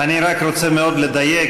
אני רק רוצה מאוד לדייק.